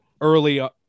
early